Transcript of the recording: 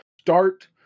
start